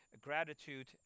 gratitude